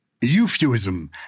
Euphuism